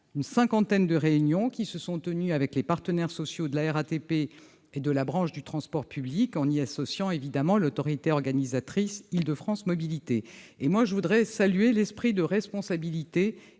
la cinquantaine de réunions de concertation qui se sont tenues avec les partenaires sociaux de la RATP et de la branche du transport public, en y associant l'autorité organisatrice Île-de-France Mobilités. Je voudrais saluer l'esprit de responsabilité